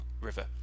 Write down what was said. River